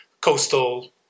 coastal